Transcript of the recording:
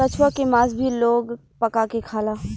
कछुआ के मास भी लोग पका के खाला